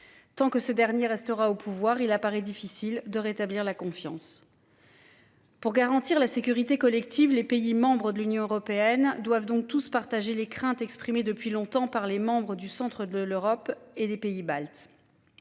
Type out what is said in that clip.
Tant que ce dernier restera au pouvoir, il apparaît difficile de rétablir la confiance. Pour garantir la sécurité collective. Les pays membres de l'Union européenne doivent donc tout se partager les craintes exprimées depuis longtemps par les membres du centre de l'Europe et des pays baltes.